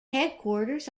headquarters